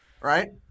Right